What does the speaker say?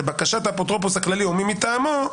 לבקשת האפוטרופוס הכללי או מי מטעמו,